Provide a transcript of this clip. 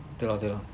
对 lor 对 lor